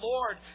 Lord